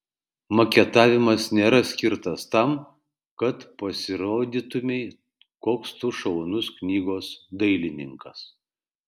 maketavimas nėra skirtas tam kad pasirodytumei koks tu šaunus knygos dailininkas